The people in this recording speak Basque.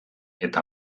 eta